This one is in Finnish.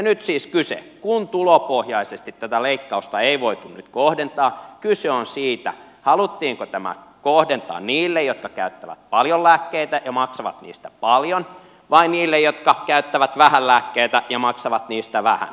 nyt siis kun tulopohjaisesti tätä leikkausta ei voitu nyt kohdentaa kyse on siitä haluttiinko tämä kohdentaa niille jotka käyttävät paljon lääkkeitä ja maksavat niistä paljon vai niille jotka käyttävät vähän lääkkeitä ja maksavat niistä vähän